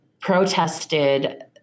protested